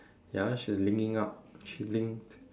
ya she linking up she linked